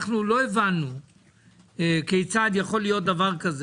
אנחנו לא הבנו כיצד יכול להיות שמשפחות